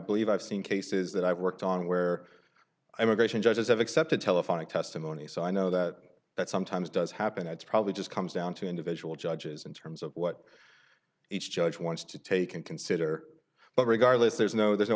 believe i've seen cases that i've worked on where i'm a gracious judges have accepted telephonic testimony so i know that that sometimes does happen it's probably just comes down to individual judges in terms of what each judge wants to take and consider but regardless there's no there's